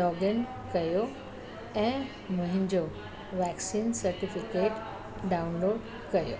login कयो ऐं मुंहिंजो वैक्सीन सर्टिफिकेट डाउनलोड कयो